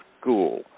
school